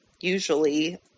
usually